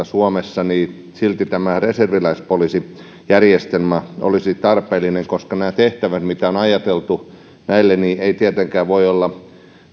suomessa niin silti tämä reserviläispoliisijärjestelmä olisi tarpeellinen koska nämä tehtävät mitä on ajateltu näille eivät tietenkään voi olla